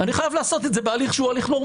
אני חייב לעשות את זה בהליך נורמלי,